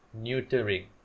neutering